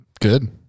Good